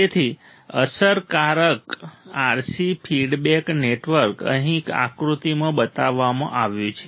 તેથી અસરકારક RC feedback network અહીં આકૃતિમાં બતાવવામાં આવ્યું છે